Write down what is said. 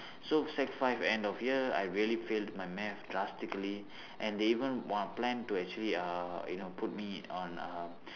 so sec five end of year I really fail my math drastically and they even want plan to actually uh you know put me on uh